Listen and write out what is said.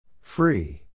Free